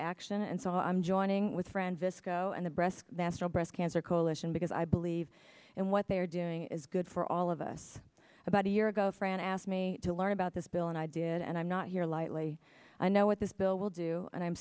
action and so i'm joining with friends isco and the breast national breast cancer coalition because i believe and what they are doing is good for all of us about a year ago fran asked me to learn about this bill and i did and i'm not here lightly i know what this bill will do and i'm